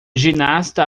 ginasta